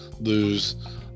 lose